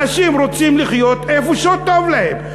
אנשים רוצים לחיות איפה שטוב להם,